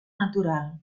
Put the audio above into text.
natural